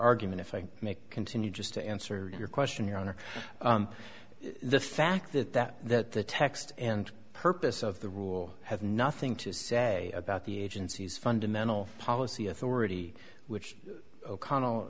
argument if i make continue just to answer your question your honor the fact that that that the text and purpose of the rule have nothing to say about the agency's fundamental policy authority which o'connell